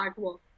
artwork